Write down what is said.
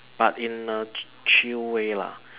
but in a chill way lah